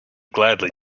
gladly